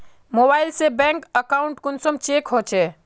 Mobile से bank account कुंसम check होचे?